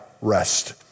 rest